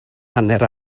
hanner